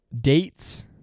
Dates